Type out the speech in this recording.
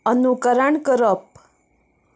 अनुकरण करप